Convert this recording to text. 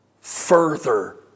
further